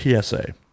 psa